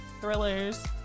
thrillers